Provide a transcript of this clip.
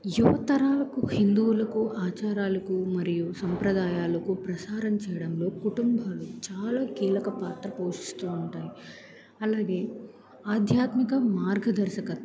యువతరాలకు హిందువులకు ఆచారాలకు మరియు సంప్రదాయాలకు ప్రసారం చేయడంలో కుటుంబాలు చాలా కీలక పాత్ర పోషిస్తూ ఉంటాయి అలాగే ఆధ్యాత్మిక మార్గదర్శకత్వం